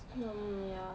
um ya